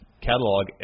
catalog